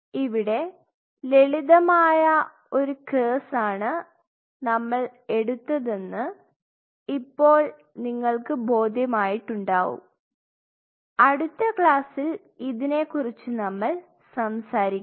ഇവിടെ ലളിതമായ ഒരു കേസാണ് ആണ് നമ്മൾ എടുത്തതെന്ന് ഇപ്പോൾ നിങ്ങൾക്ക് ബോധ്യമായിട്ടുണ്ടാവും അടുത്ത ക്ലാസ്സിൽ ഇതിനെക്കുറിച്ച് നമ്മൾ സംസാരിക്കും